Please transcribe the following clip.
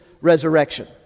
resurrection